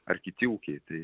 ar kiti ūkiai tai